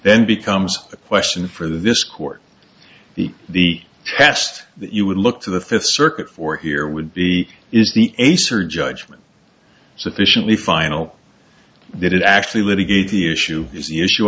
then becomes a question for this court the the test that you would look to the fifth circuit for here would be is the acer judgment sufficiently final that it actually litigate the issue is the issue